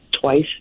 twice